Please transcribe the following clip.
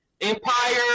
empire